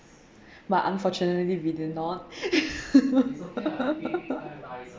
but unfortunately we did not